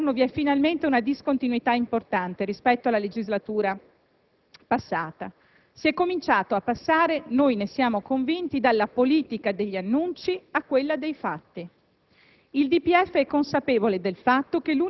Nella manovra economica proposta da questo Governo vi è finalmente una discontinuità importante rispetto alla legislatura appena iniziata. Si è cominciato a passare, ne siamo convinti, dalla politica degli annunci a quella dei fatti.